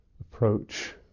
approach